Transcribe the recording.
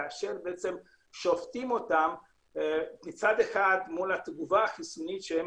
כאשר שופטים אותם מול התגובה החיסונית שהם